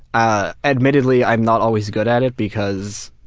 ah admittedly i'm not always good at it because